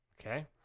Okay